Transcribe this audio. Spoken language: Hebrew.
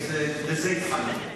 בזה התחלתי.